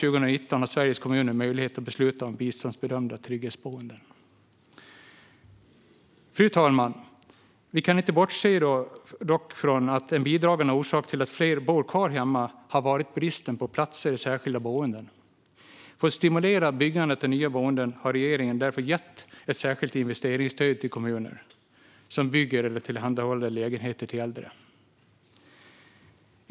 Från 2019 har Sveriges kommuner möjlighet att besluta om biståndsbedömda trygghetsboenden. Fru talman! Vi kan dock inte bortse från att en bidragande orsak till att fler bor kvar hemma har varit bristen på platser i särskilda boenden. För att stimulera byggandet av nya boenden har regeringen därför gett ett särskilt investeringsstöd till kommuner som bygger eller tillhandahåller lägenheter till äldre.